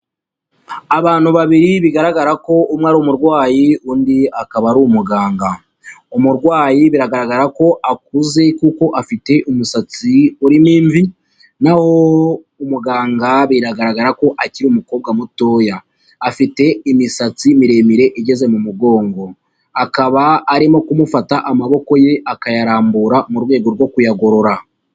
Abantu babiri bigaragara ko umwe ari umurwayi undi akaba ari umuganga, umurwayi biragaragara ko akuze kuko afite umusatsi urimo imvi, naho umuganga biragaragara ko akiri umukobwa mutoya, afite imisatsi miremire igeze mu mugongo, akaba arimo kumufata amaboko ye akayarambura mu rwego rwo kuyagorora.